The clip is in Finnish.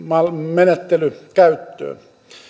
menettely käyttöön